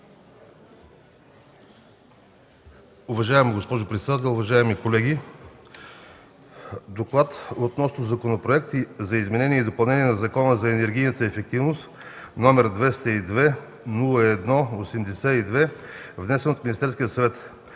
Уважаема госпожо председател, уважаеми колеги! „ДОКЛАД относно Законопроект за изменение и допълнение на Закона за енергийната ефективност, № 202-01-82, внесен от Министерския съвет